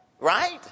Right